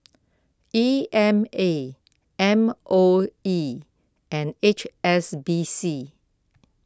E M A M O E and H S B C